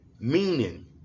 Meaning